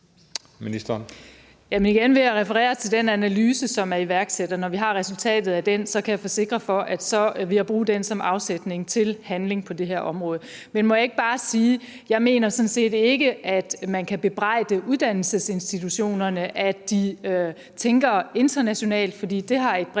Tørnæs): Igen vil jeg referere til den analyse, som er iværksat, og når vi har resultatet af den, kan jeg forsikre for, at så vil jeg bruge den som afsæt til handling på det her område. Må jeg ikke bare sige, at jeg sådan set ikke mener, at man kan bebrejde uddannelsesinstitutionerne, at de tænker internationalt, for det har et bredt